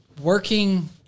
Working